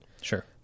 Sure